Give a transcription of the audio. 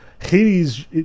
Hades